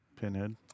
Pinhead